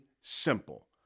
simple